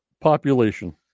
population